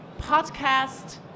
podcast